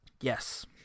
Yes